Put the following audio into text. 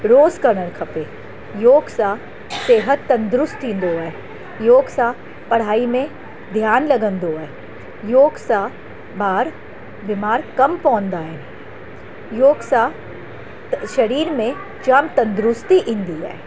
रोज़ु करणु खपे योगु सां सिहत तंदुरुस्तु थींदो आहे योगु सां पढ़ाई में ध्यानु लॻंदो आहे योगु सां ॿार बीमारु कम पवंदा आहिनि योगु सां शरीरु में जामु तंदुरुस्ती ईंदी आहे